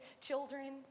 children